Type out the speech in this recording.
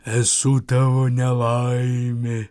esu tavo nelaimė